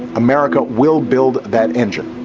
america will build that engine.